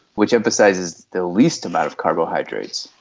which emphasises the least amount of carbohydrates.